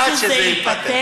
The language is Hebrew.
עד שזה ייפתר.